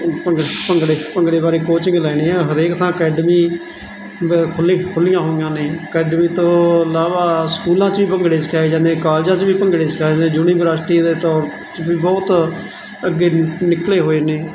ਭੰਗੜੇ ਭੰਗੜੇ ਬਾਰੇ ਕੋਚਿੰਗ ਲੈਣੀ ਆ ਹਰੇਕ ਥਾਂ ਅਕੈਡਮੀ ਖੁੱਲ੍ਹੀ ਖੁੱਲੀਆਂ ਹੋਈਆਂ ਨੇ ਅਕੈਡਮੀ ਤੋਂ ਇਲਾਵਾ ਸਕੂਲਾਂ 'ਚ ਵੀ ਭੰਗੜੇ ਸਿਖਾਏ ਜਾਂਦੇ ਕਾਲਜਾਂ 'ਚ ਵੀ ਭੰਗੜੇ ਸਿਖਾ ਜਾਂਦੇ ਯੂਨੀਵਰਸਿਟੀ ਦੇ ਤਾਂ ਬਹੁਤ ਅੱਗੇ ਨਿਕਲੇ ਹੋਏ ਨੇ